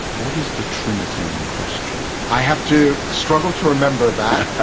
what is the trinity in question? i have to struggle to remember that.